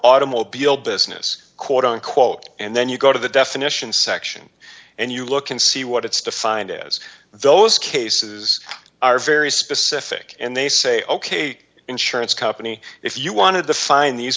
automobile business quote unquote and then you go to the definition section and you look and see what it's defined is those cases are very specific and they say ok the insurance company if you wanted to find these